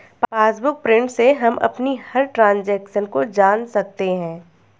passbook print से हम अपनी हर ट्रांजेक्शन को जान सकते है